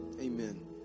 Amen